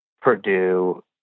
Purdue